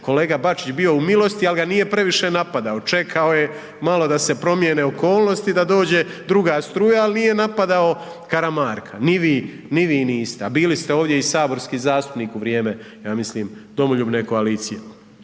kolega Bačić bio u milosti, ali ga nije previše napadao, čekao je malo da se promijene okolnosti, da dođe druga struja, ali nije napadao Karamarka. Ni vi niste, a bili ste ovdje i saborski zastupnik u vrijeme, ja mislim Domoljubne koalicije.